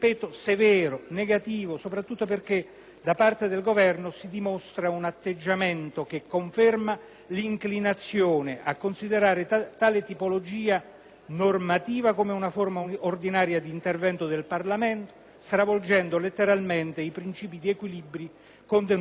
da parte del Governo si dimostra un atteggiamento che conferma l'inclinazione a considerare tale tipologia normativa come una forma ordinaria d'intervento del Parlamento stravolgendo letteralmente i principi e gli equilibri contenuti nella Carta costituzionale.